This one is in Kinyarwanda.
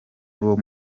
uwo